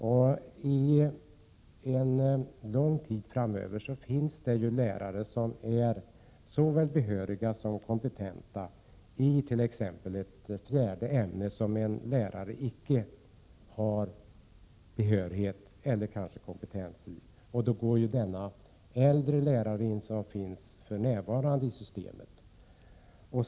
För en lång tid framöver kommer det att finnas såväl behöriga som kompetenta lärare i en annan lärares fjärde ämne, som denne icke har behörighet eller kompetens i. Då går alltså den äldre lärare som för närvarande finns i systemet in.